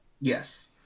yes